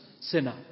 sinner